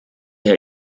herr